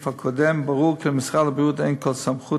ברור שלמשרד הבריאות אין כל סמכות,